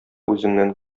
үзеңнән